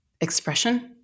expression